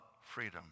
freedom